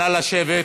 נא לשבת.